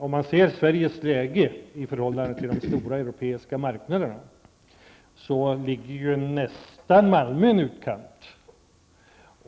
Om man ser till Sveriges läge i förhållande till de stora europeiska marknaderna, ligger ju Malmö nästan i utkanten.